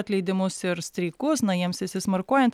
atleidimus ir streikus na jiems įsismarkuojant